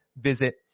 visit